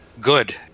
Good